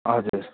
हजुर